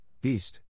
beast